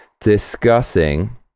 discussing